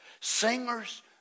singers